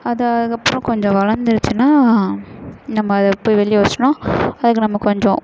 அதை அதுக்கப்புறம் கொஞ்சம் வளர்ந்துருச்சின்னா நம்ம அதை போய் வெளியே வைச்சோனா அதுக்கு நம்ம கொஞ்சம்